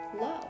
love